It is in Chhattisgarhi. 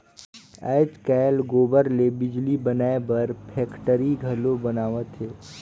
आयज कायल गोबर ले बिजली बनाए बर फेकटरी घलो बनावत हें